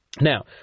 Now